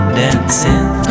dancing